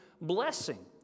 blessing